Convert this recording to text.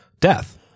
death